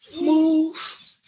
move